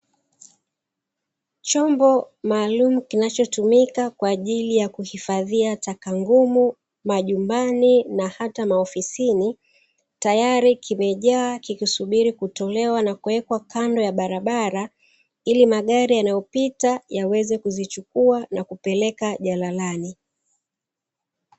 Chombo maalumu kinachotumika kwa ajili ya kuhifadhia taka ngumu majumbani na hata maofisini ,tayari kimejaaa kikisubiri kutolewa na kuwekwa kando ya barabara ili magari yanayopita yaweze kuzichukua na kupeleka jalalani.